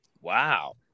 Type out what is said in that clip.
Wow